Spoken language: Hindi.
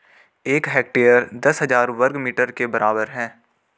एक हेक्टेयर दस हजार वर्ग मीटर के बराबर है